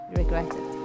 regretted